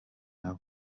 nabo